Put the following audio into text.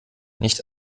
nicht